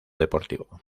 deportivo